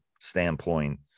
standpoint